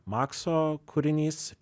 makso kūrinys